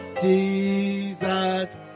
Jesus